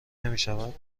نمیشود